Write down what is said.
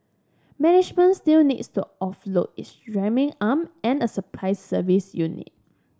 management still needs to offload its drilling arm and a supply service unit